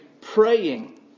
praying